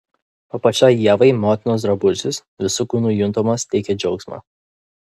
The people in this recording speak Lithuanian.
o pačiai ievai motinos drabužis visu kūnu juntamas teikė džiaugsmą